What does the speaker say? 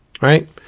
right